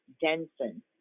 Denson